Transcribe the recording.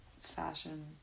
fashion